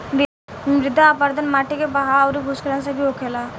मृदा अपरदन माटी के बहाव अउरी भूखलन से भी होखेला